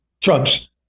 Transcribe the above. Trump's